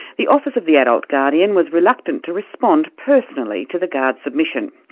the office of the adult guardian was reluctant to respond personally to the gard submission,